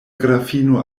grafino